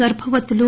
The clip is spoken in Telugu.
గర్భవతులు